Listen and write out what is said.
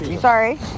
Sorry